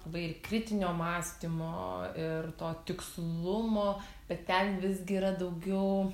labai ir kritinio mąstymo ir to tikslumo bet ten visgi yra daugiau